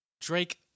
Drake